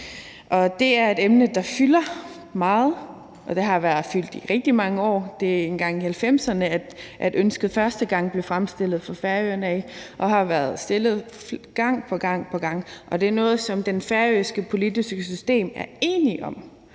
Det er et emne, der fylder meget, og det har fyldt i rigtig mange år. Det var engang i 1990'erne, at ønsket første gang blev fremsat fra Færøernes side, og det er blevet sagt gang på gang på gang. Og det er noget, som det færøske politiske system er enig om;